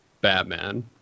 batman